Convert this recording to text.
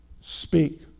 speak